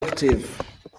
active